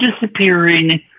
disappearing